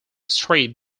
street